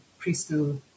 preschool